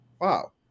Wow